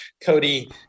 Cody